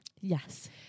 Yes